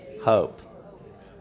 hope